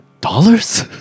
Dollars